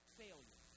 failure